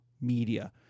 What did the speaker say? media